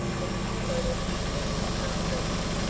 and a year later was convicted of house-breaking,